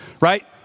right